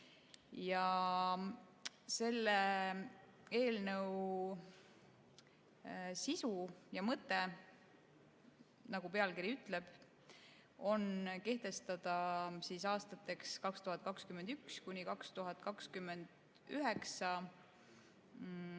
Selle eelnõu sisu ja mõte, nagu pealkiri ütleb, on kehtestada aastateks 2021–2027